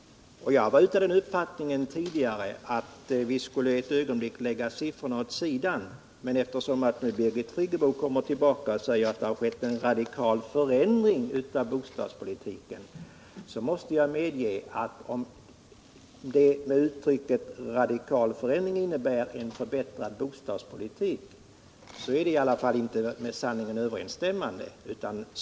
Jag var tidigare av den uppfattningen att vi för ett ögonblick skulle lägga siffrorna åt sidan, men nu kommer Birgit Friggebo tillbaka och säger att det skett en radikal förändring av bostadspolitiken. Om en radikal förändring är detsamma som en förbättrad bostadspolitik, så måste jag konstatera att hennes uttalande inte är med sanningen överensstämmande.